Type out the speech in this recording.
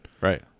Right